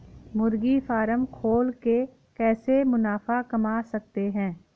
मुर्गी फार्म खोल के कैसे मुनाफा कमा सकते हैं?